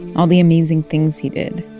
all the amazing things he did.